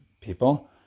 people